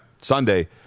Sunday